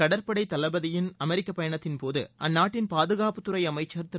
கடற்படைத் தளபதியின் அமெரிக்கப் பயணத்தின்போது அந்நாட்டு பாதுகாப்புத்துறை செயலர் திரு